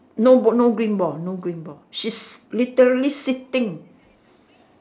no ball no green ball no green ball she's literally sitting